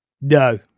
No